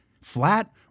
flat